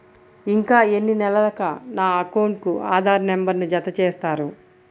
ఇంకా ఎన్ని నెలలక నా అకౌంట్కు ఆధార్ నంబర్ను జత చేస్తారు?